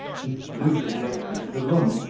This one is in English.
he flew to the other end of the room,